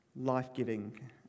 life-giving